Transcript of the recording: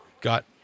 got